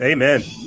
Amen